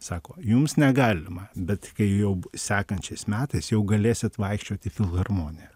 sako jums negalima bet kai jau sekančiais metais jau galėsit vaikščiot į filharmoniją